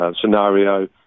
scenario